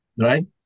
right